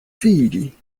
fidi